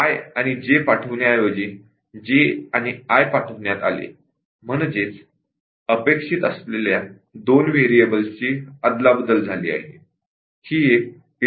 I आणि जे पाठविण्याऐवजी जे आणि आय पाठविण्यात आले म्हणजेच अपेक्षित असलेल्या दोन व्हेरिएबल्सची अदलाबदल झाली आहे